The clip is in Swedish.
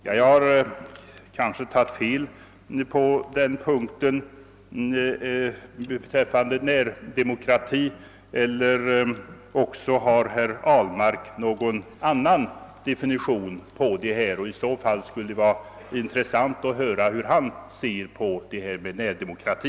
Jag har kanske tagit fel på den punkten eller också har herr Ahlmark någon annan definition. I så fall skulle det vara intressant att höra hur han ser på det här med närdemokrati.